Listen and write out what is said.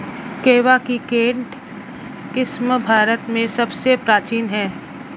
कहवा की केंट किस्म भारत में सबसे प्राचीन है